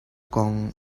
kong